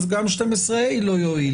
אז גם 12(ה) לא יועיל.